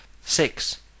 Six